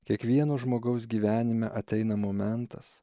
kiekvieno žmogaus gyvenime ateina momentas